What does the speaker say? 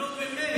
נו, באמת.